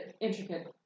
intricate